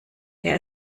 der